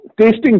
Tasting